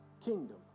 kingdom